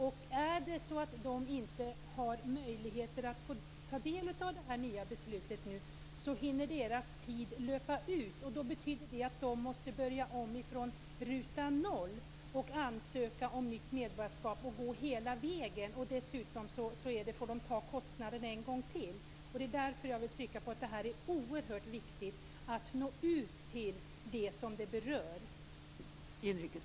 Om de inte har möjlighet att ta del av det nya beslutet hinner deras tid löpa ut, vilket innebär att de måste börja om från ruta 0 och ansöka om nytt medborgarskap, gå hela vägen och dessutom ta kostnaden en gång till. Därför vill jag trycka på att det är oerhört viktigt att det här når ut till dem som berörs.